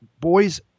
boy's